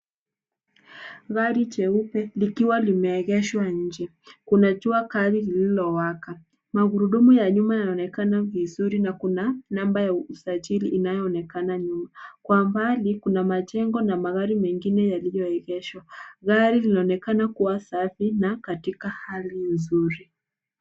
Gari jeupe likiwa limeegeshwa nje, kuna jua kali lililowaka. Magurudumu ya nyuma yanaonekana vizuri na kuna namba ya usajili inayoonekana nyuma. Kwa mbali kuna majengo na magari mengine yalioegeshwa. Gari linaonekana kuwa safi, na katika hali nzuri.